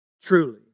Truly